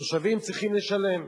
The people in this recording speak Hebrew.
התושבים צריכים לשלם,